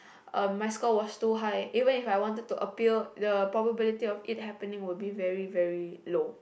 um my score was too high even If I wanted to appeal the probability of it happening will be very very low